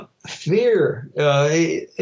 Fear